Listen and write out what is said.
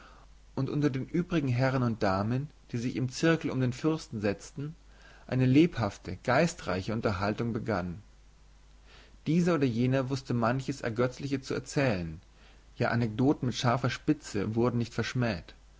und unter den übrigen herren und damen die sich im zirkel um den fürsten setzten eine lebhafte geistreiche unterhaltung begann dieser oder jener wußte manches ergötzliche zu erzählen ja anekdoten mit scharfer spitze wurden nicht verschmäht